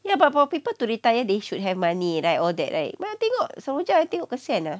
ya but for people to retire they should have money right all that right mana tengok seroja I tengok kesian ah